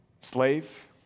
slave